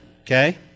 okay